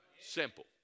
Simple